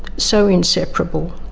so inseparable.